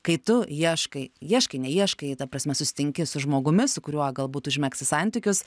kai tu ieškai ieškai neieškai ta prasme susitinki su žmogumi su kuriuo galbūt užmegsi santykius